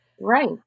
Right